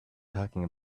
talking